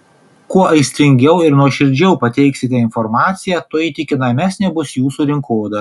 kuo aistringiau ir nuoširdžiau pateiksite informaciją tuo įtikinamesnė bus jūsų rinkodara